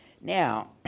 Now